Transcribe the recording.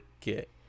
get